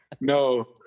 no